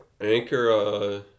Anchor